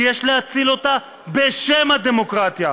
ויש להציל אותה בשם הדמוקרטיה.